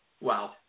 Wow